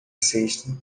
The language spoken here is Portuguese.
cesta